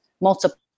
multiple